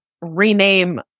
rename